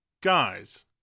Guys